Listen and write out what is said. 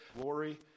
glory